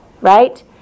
Right